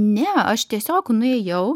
ne aš tiesiog nuėjau